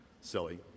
Silly